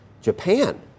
Japan